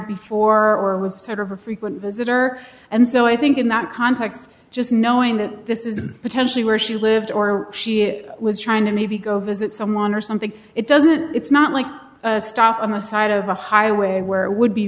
before or was sort of a frequent visitor and so i think in that context just knowing that this is potentially where she lived or she was trying to maybe go visit someone or something it doesn't it's not like a stop on the side of a highway where it would be